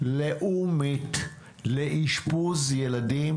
לאומית לאשפוז ילדים